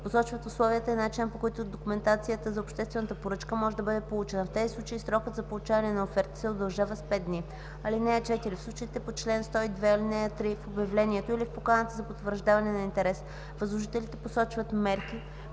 посочват условията и начина, по който документацията за обществената поръчка може да бъде получена. В тези случаи срокът за получаване на оферти се удължава с 5 дни. (4) В случаите по чл. 102, ал. 3 в обявлението или в поканата за потвърждаване на интерес възложителите посочват мерки,